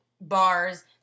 bars